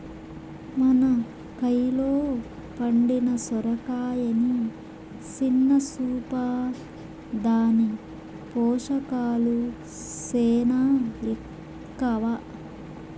మన కయిలో పండిన సొరకాయని సిన్న సూపా, దాని పోసకాలు సేనా ఎక్కవ